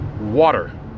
water